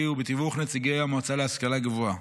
ובתיווך נציגי המועצה להשכלה גבוהה,